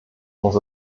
muss